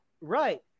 right